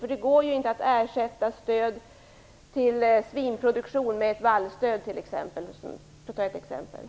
Det går ju t.ex. inte att ersätta stöd till svinproduktion med ett vallstöd.